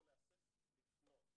לא להסס לפנות.